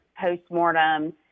postmortem